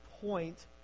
point